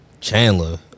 Chandler